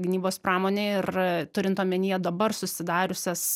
gynybos pramonė ir gynybos pramonė ir turint omenyje dabar susidariusias